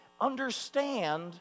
understand